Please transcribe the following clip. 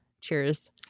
cheers